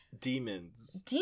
Demons